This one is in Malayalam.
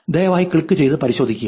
ദയവായി ക്ലിക്കുചെയ്ത് പരിശോധിക്കുക